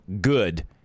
good